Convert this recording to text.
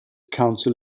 council